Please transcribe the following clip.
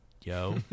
yo